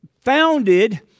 Founded